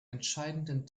entscheidenden